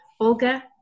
Olga